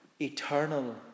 eternal